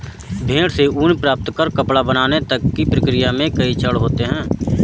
भेड़ से ऊन प्राप्त कर कपड़ा बनाने तक की प्रक्रिया में कई चरण होते हैं